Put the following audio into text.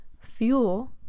fuel